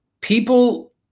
People